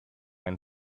and